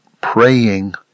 praying